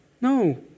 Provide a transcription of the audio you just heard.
No